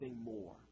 more